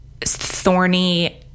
thorny